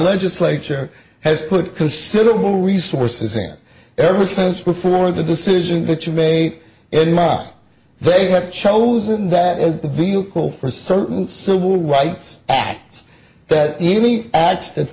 legislature has put considerable resources in ever since before the decision that you made and mine they have chosen that as the vehicle for certain civil rights acts that even acts